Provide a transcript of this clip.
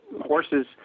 horses